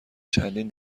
چندین